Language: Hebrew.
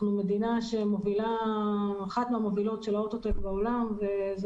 אנחנו מדינה אחת מהמובילות של האוטו-טק בעולם וזה